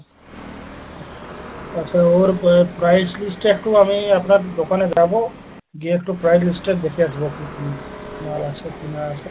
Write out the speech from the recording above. আচ্ছা ওর প্রাইস লিস্টটা একটু আমি আপনার দোকানে যাবো গিয়ে একটু প্রাইস লিস্টটা দেখে আসবো কী কী মাল আছে কি না আছে